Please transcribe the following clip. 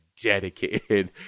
dedicated